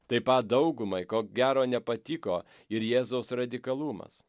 taip pat daugumai ko gero nepatiko ir jėzaus radikalumas